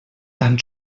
tan